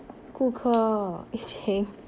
顾客 ee cheng